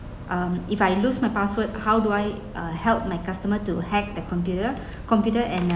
um if I lose my password how do I uh help my customer to hack the computer computer and uh